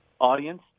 audience